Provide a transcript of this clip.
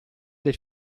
del